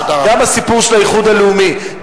גם הסיפור של האיחוד הלאומי,